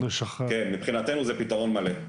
כן, מבחינתנו זה פתרון מלא.